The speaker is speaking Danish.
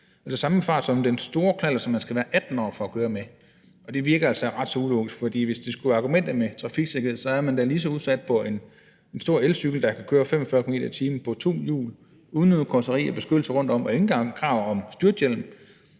altså samme fart som den store knallert, som man skal være 18 år for at køre på. Det virker altså ret så ulogisk, for hvis argumentet skulle være trafiksikkerhed, vil jeg sige, at man da er lige så udsat på en stor elcykel, der kan køre 45 km/t. og er på to hjul uden noget karrosseri eller beskyttelse rundtom, og hvor der ikke engang er krav om styrthjelm,